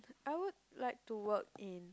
I would like to work in